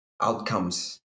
outcomes